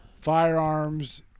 firearms